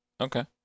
Okay